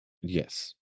yes